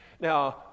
now